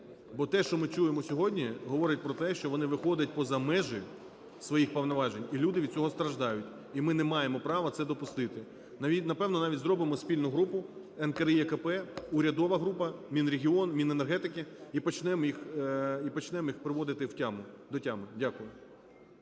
бо те, що ми чуємо сьогодні, говорить про те, що вони виходять поза межі своїх повноважень, і люди від цього страждають, і ми не маємо права це допустити. Напевно, навіть зробимо спільну групу: НКРЕКП, урядова група, Мінрегіон, Міненергетики - і почнемо їх приводити до тями. Дякую.